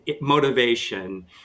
motivation